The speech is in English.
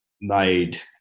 made